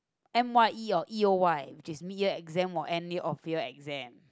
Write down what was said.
M_Y_E or E_O_Y just mid year exam was and end of year exam